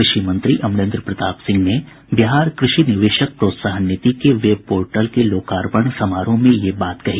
कृषि मंत्री अमरेन्द्र प्रताप सिंह ने बिहार कृषि निवेशक प्रोत्साहन नीति के वेब पोर्टल के लोकार्पण समारोह में यह बात कही